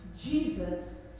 Jesus